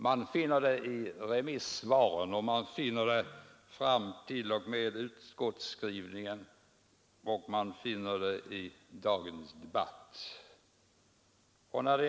Man finner det i remissvaren, man finner det i utskottsskrivningen, och man finner det i dagens debatt.